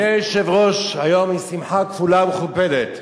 אדוני היושב-ראש, היום יש שמחה כפולה ומכופלת: